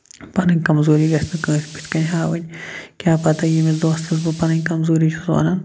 پَنٕنۍ کَمزوٗری گژھہِ نہٕ کٲنسہِ بُتھہِ کٔنۍ ہاوٕنۍ کیٛاہ پَتہ ییٚمِس دوستَس بہٕ پَنٕنۍ کَمزوٗری چھُس وَنان